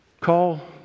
Call